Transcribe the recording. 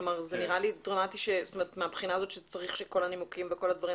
כלומר זה נראה לי דרמטי מהבחינה הזאת שצריך שכל הנימוקים וכל הדברים